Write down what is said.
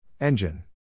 Engine